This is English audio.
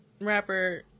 rapper